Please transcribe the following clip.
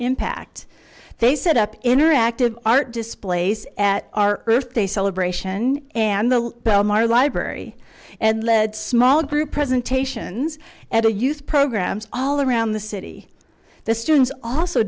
impact they set up interactive art displays at our earth day celebration and the bellmawr library and led small group presentations at a youth programs all around the city the students also